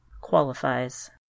qualifies